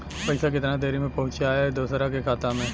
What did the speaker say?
पैसा कितना देरी मे पहुंचयला दोसरा के खाता मे?